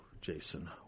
Jason